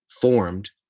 formed